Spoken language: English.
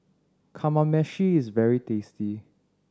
kamameshi is very tasty